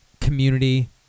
community